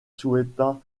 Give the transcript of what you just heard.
souhaita